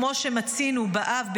כמו שמצינו באב",